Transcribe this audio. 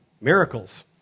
miracles